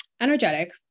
energetic